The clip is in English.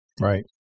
Right